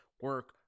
Work